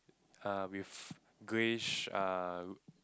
err with greyish err